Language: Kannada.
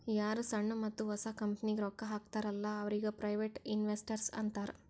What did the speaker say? ಯಾರು ಸಣ್ಣು ಮತ್ತ ಹೊಸ ಕಂಪನಿಗ್ ರೊಕ್ಕಾ ಹಾಕ್ತಾರ ಅಲ್ಲಾ ಅವ್ರಿಗ ಪ್ರೈವೇಟ್ ಇನ್ವೆಸ್ಟರ್ ಅಂತಾರ್